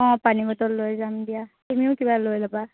অঁ পানী বটল লৈ যাম দিয়া তুমিও কিবা লৈ লবা